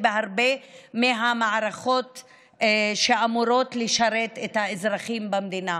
בהרבה מערכות שאמורות לשרת את האזרחים במדינה,